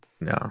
no